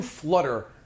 flutter